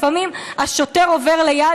לפעמים השוטר עובר ליד.